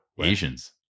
Asians